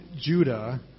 Judah